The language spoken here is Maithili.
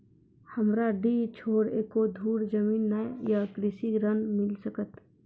हमरा डीह छोर एको धुर जमीन न या कृषि ऋण मिल सकत?